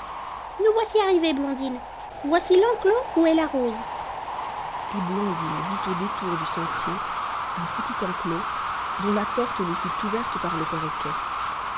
nous voici arrivés blondine voici l'enclos où est la rose illustration le perroquet la pressait vivement d'avancer et blondine vit au détour du sentier un petit enclos dont la porte lui fut ouverte par le perroquet